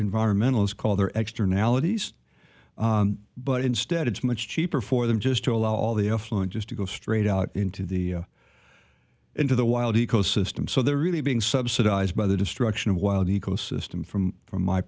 environmentalists call their extra analogies but instead it's much cheaper for them just to allow all the affluent just to go straight out into the into the wild ecosystem so they're really being subsidized by the destruction of wild ecosystem from from my